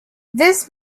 this